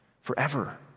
forever